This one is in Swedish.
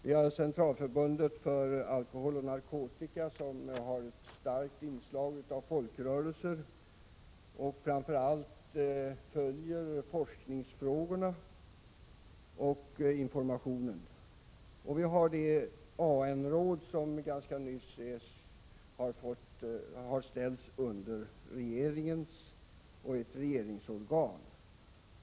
Vi har Centralförbundet för alkoholoch narkotikaupplysning, som har ett starkt inslag av folkrörelse och som framför allt följer forskningsfrågorna och informationen på detta område. Vidare har vi AN-rådet, som ganska nyligen har underställts regeringen. Det är alltså ett regeringsorgan.